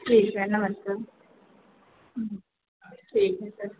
जी sir नमस्ते ठीक है सर